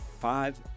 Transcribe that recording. five